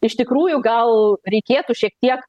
iš tikrųjų gal reikėtų šiek tiek